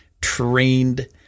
trained